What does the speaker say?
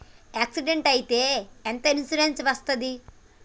Accident అయితే ఎంత insurance వస్తది?